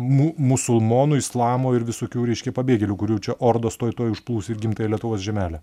mu musulmonų islamo ir visokių reiškia pabėgėlių kurių čia ordos tuoj tuoj užplūs ir gimtąją lietuvos žemelę